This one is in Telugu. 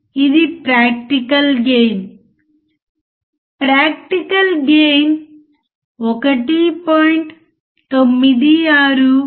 2 ప్రోబ్స్ ఉన్నాయని మీరు చూస్తారు ఒకటి పొడవైనది ఒకటి చిన్నది